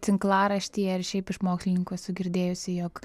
tinklaraštyje ar šiaip iš mokslininkų esu girdėjusi jog